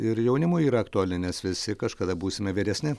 ir jaunimui yra aktuali nes visi kažkada būsime vyresni